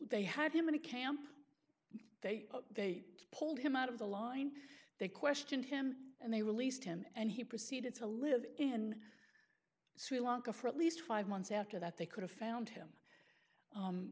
they had him in a camp they they pulled him out of the line they questioned him and they released him and he proceeded to live in sri lanka for at least five months after that they could have found him